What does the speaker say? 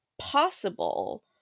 possible